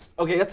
okay,